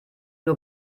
nur